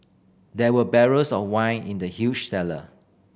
there were barrels of wine in the huge cellar